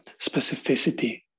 specificity